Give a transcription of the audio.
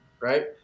right